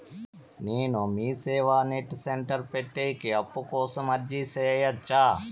నేను MeeSeva net centre పెట్టేకి అప్పు కోసం అర్జీ సేయొచ్చా?